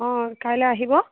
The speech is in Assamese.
অঁ কাইলৈ আহিব